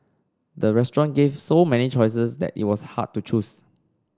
the restaurant gave so many choices that it was hard to choose